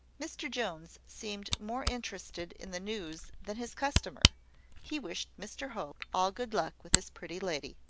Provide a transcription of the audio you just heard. mr jones seemed more interested in the news than his customer he wished mr hope all good luck with his pretty lady.